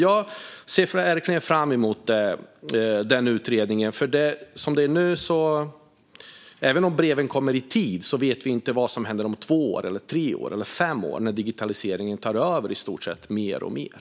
Jag ser verkligen fram emot utredningen. Även om breven kommer i tid vet vi inte vad som händer om två, tre eller fem år när digitaliseringen tar över mer och mer.